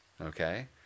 okay